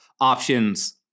options